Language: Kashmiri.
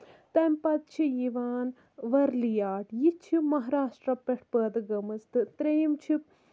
تَمہِ پَتہٕ چھُ یِوان ؤرلی آرٹ یہِ چھِ مہراسٹرا پٮ۪ٹھ پٲدٕ گٔمٕژ تہٕ تریٚیِم چھِ